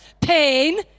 Pain